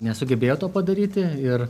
nesugebėjo to padaryti ir